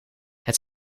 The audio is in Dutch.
het